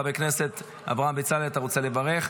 חבר הכנסת אברהם בצלאל, אתה רוצה לברך?